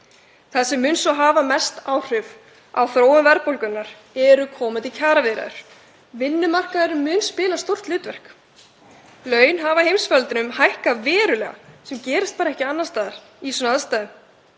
Það sem mun svo hafa mest áhrif á þróun verðbólgunnar eru komandi kjaraviðræður. Vinnumarkaðurinn mun spila stórt hlutverk. Laun hafa í heimsfaraldrinum hækkað verulega sem gerist ekki annars staðar í svona aðstæðum.